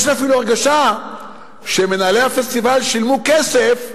יש לי אפילו הרגשה שמנהלי הפסטיבל שילמו כסף,